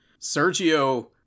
Sergio